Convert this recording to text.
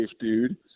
dude